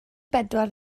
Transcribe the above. bedwar